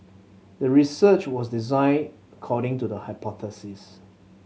the research was designed according to the hypothesis